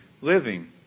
living